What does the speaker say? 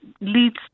leads